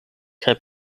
kaj